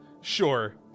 Sure